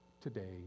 today